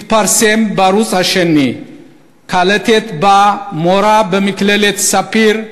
התפרסמה בערוץ השני קלטת שבה מורה במכללת "פאר"